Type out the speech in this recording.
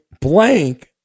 Blank